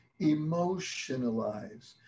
emotionalize